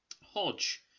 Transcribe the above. Hodge